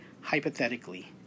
hypothetically